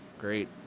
Great